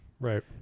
Right